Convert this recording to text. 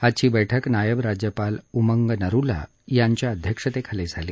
आजची बैठक नायब राज्यपाल उमंग नरुला यांच्या अध्यक्षतेखाली झाली